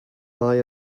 eye